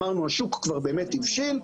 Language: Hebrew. אמרנו השוק באמת הבשיל,